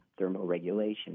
thermoregulation